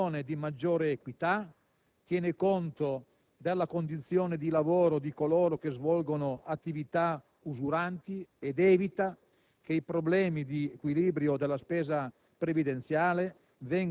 una modulazione che determina una condizione di maggiore equità, tiene conto della condizione di lavoro di coloro che svolgono attività usuranti ed evita